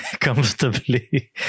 comfortably